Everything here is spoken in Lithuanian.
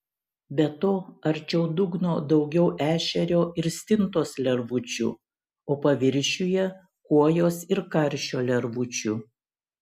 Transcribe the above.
be to arčiau dugno daugiau ešerio ir stintos lervučių o paviršiuje kuojos ir karšio lervučių